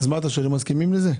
אז מה אתה שואל, אם מסכימים לזה?